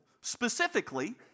specifically